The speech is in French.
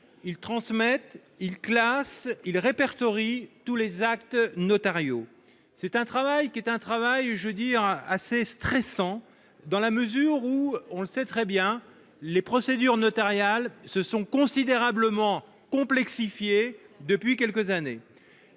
Ils transmettent, classent et répertorient tous les actes notariaux. Leur travail est assez stressant, dans la mesure où- on le sait très bien -les procédures notariales se sont considérablement complexifiées depuis quelques années.